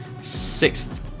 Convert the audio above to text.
sixth